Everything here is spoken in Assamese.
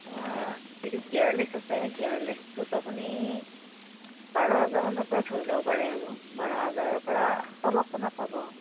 যিটো গিয়েৰলেছ আছে গিয়েৰলেছটোত আপুনি বাৰ হাজাৰ মানৰ পৰা ধৰি ল'ব পাৰে আৰু বাৰ হাজাৰৰ পৰা তলত ত' নাপাব